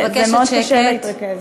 מאוד קשה להתרכז.